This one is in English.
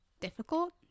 difficult